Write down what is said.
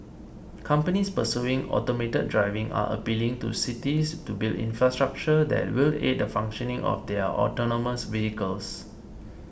companies pursuing automated driving are appealing to cities to build infrastructure that will aid the functioning of their autonomous vehicles